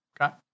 okay